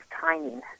timing